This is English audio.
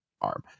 arm